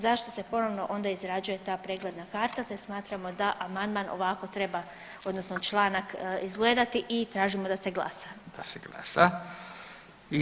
Zašto se ponovno onda izrađuje ta pregledna karta te smatramo da amandman ovako treba odnosno članak izgledati i tražimo da se glasa.